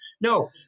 No